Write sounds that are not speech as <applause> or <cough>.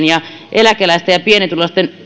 <unintelligible> ja eläkeläisten ja pienituloisten